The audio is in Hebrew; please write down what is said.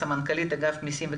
סמנכ"לית אגף מיסים וכלכלה,